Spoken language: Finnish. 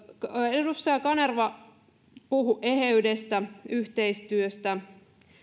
edustaja kanerva puhui eheydestä yhteistyöstä